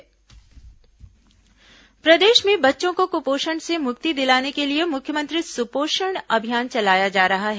सुपोषण अभियान दुर्ग प्रदेश में बच्चों को कुपोषण से मुक्ति दिलाने के लिए मुख्यमंत्री सुपोषण अभियान चलाया जा रहा है